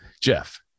jeff